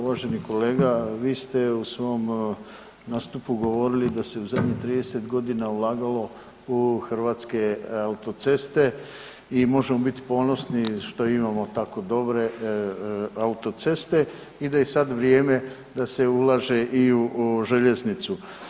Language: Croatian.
Uvaženi kolega vi ste u svom nastupu govorili da se u zemlju 30 godina ulagalo u hrvatske autoceste i možemo biti ponosni što imao tako dobre autoceste i da je sad vrijeme i da se ulaže i u željeznicu.